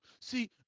See